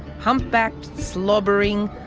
hump-backed, slobbering,